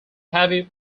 heavy